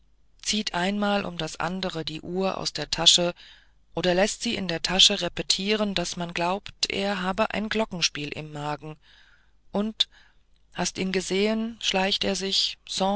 zieht einmal um das andere die uhr aus der tasche oder läßt sie in der tasche repetieren daß man glaubt er habe ein glockenspiel im magen und hast ihn gesehen schleicht er sich